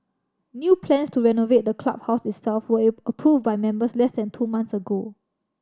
new plans to renovate the clubhouse itself were approved by members less than two months ago